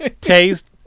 taste